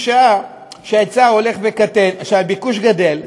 משעה שהביקוש גדל,